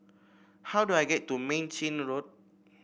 how do I get to Mei Chin Road